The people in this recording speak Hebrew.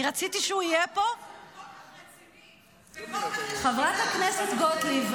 אני רציתי שהוא יהיה פה --- זה חוק --- חברת הכנסת גוטליב,